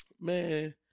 Man